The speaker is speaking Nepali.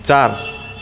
चार